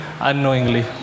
unknowingly